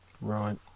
Right